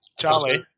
Charlie